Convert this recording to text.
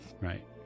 Right